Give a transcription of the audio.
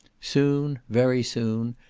soon, very soon,